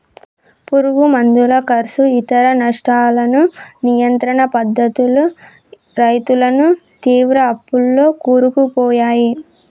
పురుగు మందుల కర్సు ఇతర నష్టాలను నియంత్రణ పద్ధతులు రైతులను తీవ్ర అప్పుల్లో కూరుకుపోయాయి